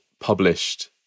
published